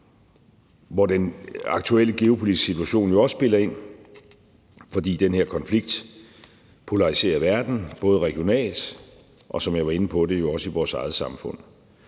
hvor den aktuelle geopolitiske situation jo også spiller ind, fordi den her konflikt polariserer verden, både regionalt og, som jeg var inde på, også i forhold til vores eget samfund.